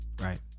right